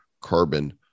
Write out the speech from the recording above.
carbon